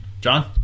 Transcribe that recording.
John